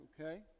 okay